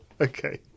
Okay